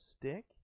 stick